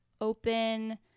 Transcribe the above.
open